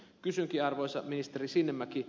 kysynkin arvoisa ministeri sinnemäki